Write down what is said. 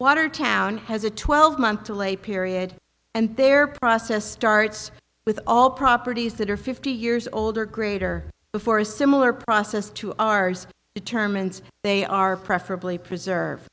watertown has a twelve month delay period and their process starts with all properties that are fifty years old or greater before a similar process to ours determines they are preferably preserve